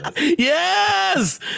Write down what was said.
Yes